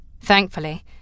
Thankfully